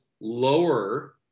lower